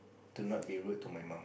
to not be rude to my mum